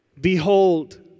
Behold